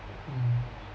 mm